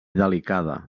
delicada